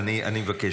אני מבקש.